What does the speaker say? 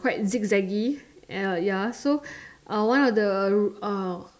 quite zig zaggy and like ya so uh one of the uh